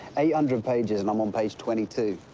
eight hundred pages, and i'm um page twenty two.